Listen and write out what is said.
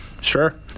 Sure